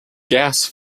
gas